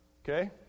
Okay